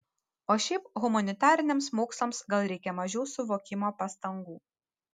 o šiaip humanitariniams mokslams gal reikia mažiau suvokimo pastangų